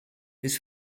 his